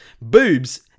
Boobs